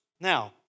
Now